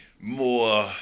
more